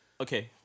Okay